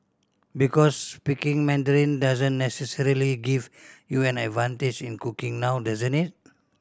because speaking Mandarin doesn't necessarily give you an advantage in cooking now doesn't it